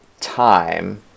time